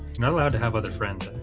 not allowed to have other friends